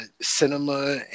cinema